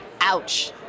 Ouch